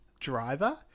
driver